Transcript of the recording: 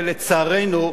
לצערנו,